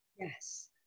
Yes